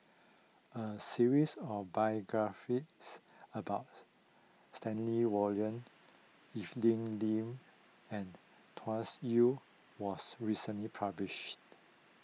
a series of biographies about Stanley Warren Evelyn Lip and Tsung Yu was recently published